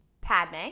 Padme